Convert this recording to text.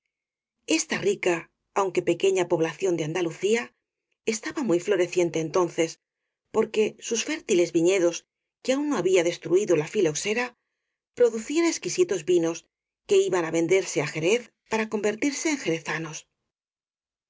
esta rica aunque pequeña población de andalucía estaba muy floreciente entonces por que sus fértiles viñedos que aun no había des truido la filoxera producían exquisitos vinos que iban á venderse á jerez para convertirse en